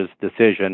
decision